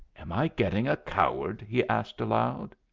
am i getting a coward? he asked aloud.